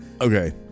Okay